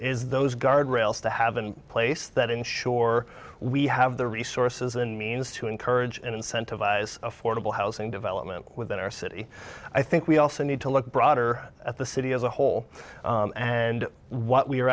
is those guardrails to have been in place that ensure we have the resources and means to encourage and incentivize affordable housing development within our city i think we also need to look broader at the city as a whole and why we are